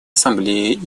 ассамблеи